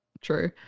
True